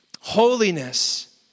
Holiness